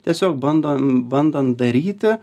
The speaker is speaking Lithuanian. tiesiog bandom bandant daryti